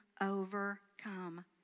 overcome